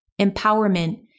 empowerment